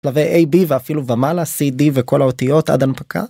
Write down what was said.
‫לווה A, B ואפילו ומעלה, C, D ‫וכל האותיות עד הנפקה.